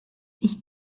ich